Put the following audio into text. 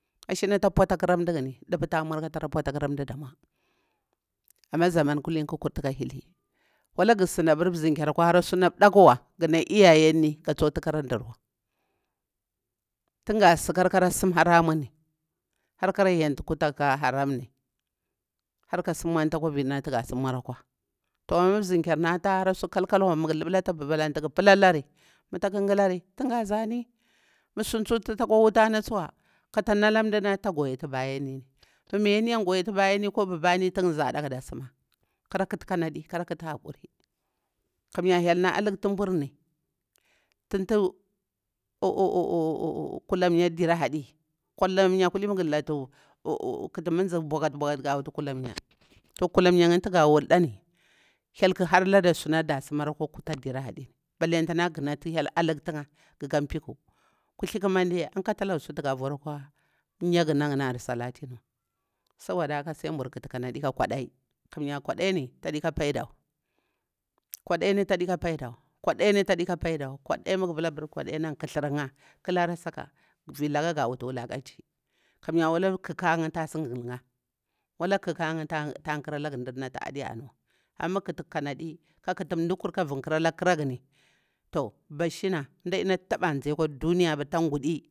Ashina nɗi ngari ɗupah ta bwata kara nji damwa, amah zaman kulin ƙu kurti ƙa hihi, wallah gu sidah abir nbjukar akwa hara suna ɗdaluwa gana iyayeni ga tsuk ti kara ndirwa, tin ga sikar kara sim haramun ni, har kara yanti kutagu kah a haramun ni, harka si nmunta kwa viti ga si murkwa. Toh amah ma bzinkar nata hare su kal- kalwa magu luɓulata bubal ati gu palalari taƙu ngari tin ga zani mah sun tsu ti takwa wutari tsuwa kata nalah ndinata takwa guyati byam. Toh mayini an guyati bayani ku bubah ni tin zada kada sima kara ƙuti kanadi, kara ƙuti hakuri kamiya hyel nah alukti nburum titih kulamiya dirahadi, kulamiya kulini magu latu kiti manzih nbukat nbukat ga wutu kulamiya. Toh kulamiya ngani ti gah wuldani hyel ku haralada sunati dah tsimar alwa kuta dira haƙimi, ballintana guna hyel haktinkha, gukah mpiku, kuthl ƙumadɗe akatalaga suti ga vuwar kwa migana ngani ar salatin wa, sabude haka sai nbur kuti kadi kah kwadai, kamiya kwadai ni tadika paidawa, kwadaini tadika, paidawa, kwadain ta'dika paidawa, kwadam magu pala kwadaini an kthlarnkha kulara sakah vilaka ga wutu wukanci kamiya wala kuka nkha tasi ngungul nkha, walah kuka nkha ta krakga ndir nati adi anuwa. Amah magar ƙuti kanadi ke kutu nɗalur kah vinkarala kuragami toh bashina ndadinah taba nzi akwa duniya bha tanguɗi,